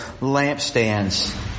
lampstands